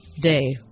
day